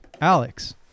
Alex